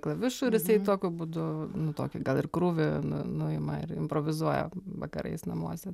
klavišų ir jisai tokiu būdu nu tokį gal ir krūvį nu nuima ir improvizuoja vakarais namuose